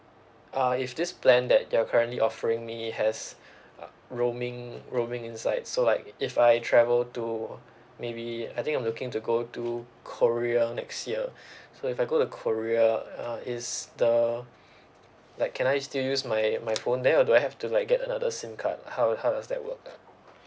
uh if this plan that you're currently offering me has uh roaming roaming inside so like if I travel to maybe I think I'm looking to go to korea next year so if I go to korea uh it's the like can I still use my my phone there or do I have to like get another SIM card how how does that work